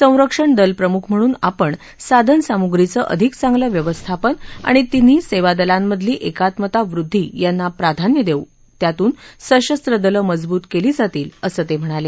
सरंक्षण दल प्रमुख म्हणून आपण साधनसामुप्रीचं अधिक चांगलं व्यवस्थापन आणि तिन्ही सेवादलांमधली एकात्मता वृद्वी यांना प्राधान्य देऊ त्यातून सशस्र दलं मजबूत केली जातील असं ते म्हणाले